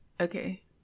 okay